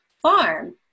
farm